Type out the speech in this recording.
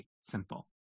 simple